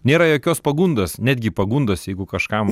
nėra jokios pagundos netgi pagundos jeigu kažkam